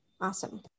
Awesome